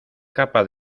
capaz